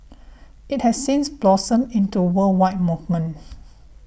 it has since blossomed into worldwide movement